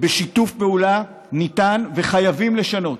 בשיתוף פעולה, ניתן וחייבים לשנות.